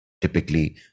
typically